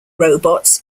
robots